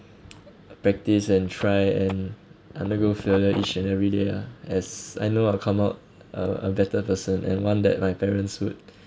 practise and try and undergo failure each and every day ah as I know I'll come out uh a better person and one that my parents would